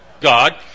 God